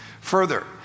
Further